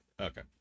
Okay